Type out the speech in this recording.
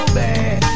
bad